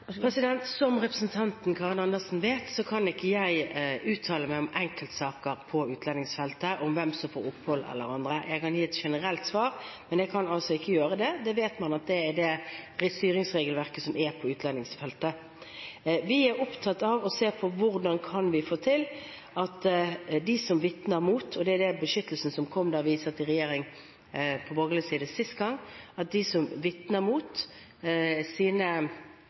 Som representanten Karin Andersen vet, kan ikke jeg uttale meg om enkeltsaker på utlendingsfeltet – om hvem som får opphold eller ikke. Jeg kan gi et generelt svar, men jeg kan altså ikke gjøre det. Det er det styringsregelverket som er på utlendingsfeltet. Vi er opptatt av å se på hvordan vi kan få til at de som vitner mot dem som har utnyttet dem, kan få opphold. Den beskyttelsen kom da vi satt i regjering på borgerlig side sist gang. Jeg er enig i at